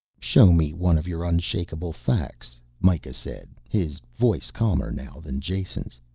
show me one of your unshakeable facts, mikah said, his voice calmer now than jason's.